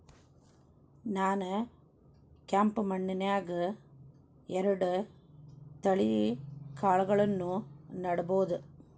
ನಾನ್ ಕೆಂಪ್ ಮಣ್ಣನ್ಯಾಗ್ ಎರಡ್ ತಳಿ ಕಾಳ್ಗಳನ್ನು ನೆಡಬೋದ?